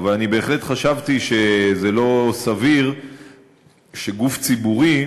אבל אני בהחלט חשבתי שזה לא סביר שגוף ציבורי